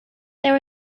there